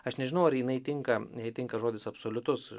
aš nežinau ar jinai tinka jai tinka žodis absoliutus